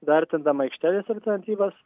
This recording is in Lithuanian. vertindama aikštelės alternatyvas